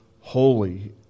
holy